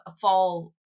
fall